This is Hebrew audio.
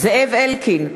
זאב אלקין,